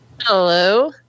Hello